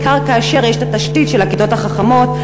בעיקר כאשר יש תשתית של הכיתות החכמות.